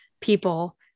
people